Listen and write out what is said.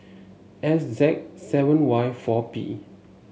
S Z seven Y four P